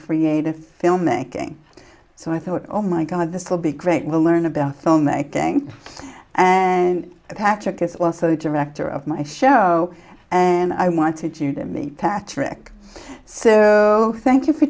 creative filmmaking so i thought oh my god this will be great we'll learn about filmmaking and patrick is also director of my show and i wanted you to me patrick so thank you for